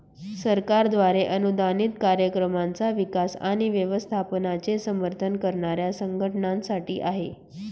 सरकारद्वारे अनुदानित कार्यक्रमांचा विकास आणि व्यवस्थापनाचे समर्थन करणाऱ्या संघटनांसाठी आहे